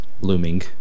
looming